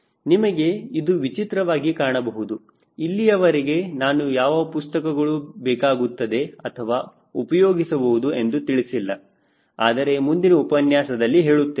ನಿಮಗೆ ಇದು ವಿಚಿತ್ರವಾಗಿ ಕಾಣಬಹುದು ಇಲ್ಲಿಯವರೆಗೆ ನಾನು ಯಾವ ಪುಸ್ತಕಗಳು ಬೇಕಾಗುತ್ತದೆ ಅಥವಾ ಉಪಯೋಗಿಸಬಹುದು ಎಂದು ತಿಳಿಸಿಲ್ಲ ಆದರೆ ಮುಂದಿನ ಉಪನ್ಯಾಸದಲ್ಲಿ ಹೇಳುತ್ತೇನೆ